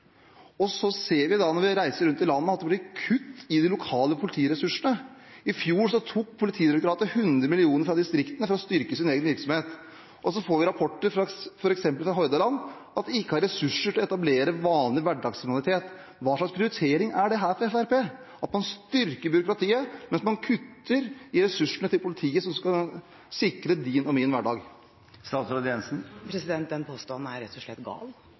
og så ser vi, når vi reiser rundt i landet, at det kuttes i de lokale politiressursene. I fjor tok Politidirektoratet 100 mill. kr fra distriktene for å styrke sin egen virksomhet, og så får vi rapporter fra f.eks. Hordaland om at en ikke har ressurser til å etterforske vanlig hverdagskriminalitet. Hva slags prioritering er dette fra Fremskrittspartiet, at man styrker byråkratiet, mens man kutter i ressursene til politiet som skal sikre din og min hverdag? Den påstanden er rett og slett gal.